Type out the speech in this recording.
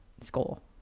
school